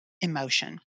emotion